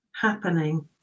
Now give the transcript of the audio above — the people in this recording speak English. happening